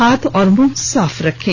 हाथ और मुंह साफ रखें